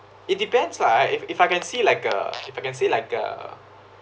it depends lah if if I can see like uh if I can see like uh